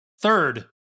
Third